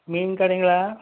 மீன் கடைங்களா